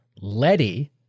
Letty